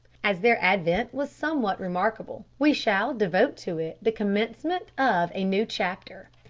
as their advent was somewhat remarkable, we shall devote to it the commencement of a new chapter.